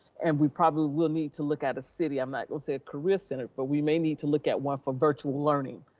and we probably will need to look at a city. i'm not gonna say a career center, but we may need to look at one for virtual learning,